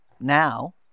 now